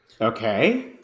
Okay